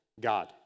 God